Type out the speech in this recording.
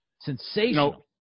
sensational